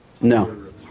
No